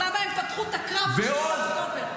למה הם פתחו את הקרב ב-7 באוקטובר.